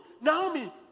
Naomi